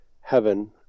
heaven